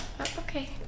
Okay